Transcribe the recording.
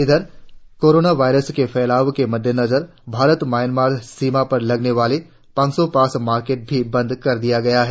इधर corona virus के फैलाव के मद्देनजर भारत म्यांमा सीमा पर लगने वाली पंखसौपास मार्केट भी बंद कर दिया गया है